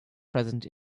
present